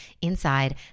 Inside